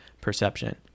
perception